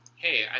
hey